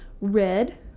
Red